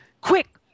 quick